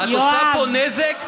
את עושה פה נזק.